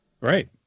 Right